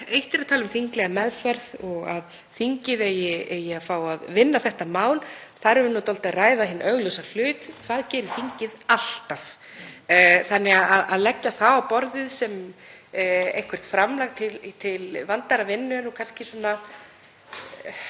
Eitt er að tala um þinglega meðferð og að þingið eigi að fá að vinna þetta mál, þar erum við dálítið að ræða hinn augljósa hlut, það gerir þingið alltaf. Að leggja það á borðið sem eitthvert framlag til vandaðrar vinnu er sérstök